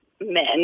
men